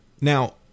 Now